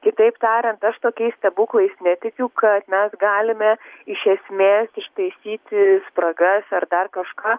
kitaip tariant aš tokiais stebuklais netikiu kad mes galime iš esmės ištaisyti spragas ar dar kažką